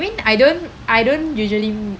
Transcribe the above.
I mean I don't I don't usually